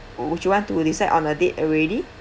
would would you want to decide on a date already